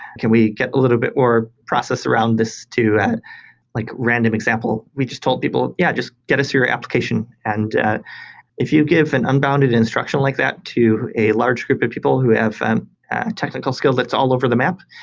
can we get a little bit more process around this to and like random example? we just told people, yeah, just get us your application, and if you give an unbounded instruction like that to a large group of people who have technical skills that's all over the map,